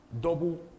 double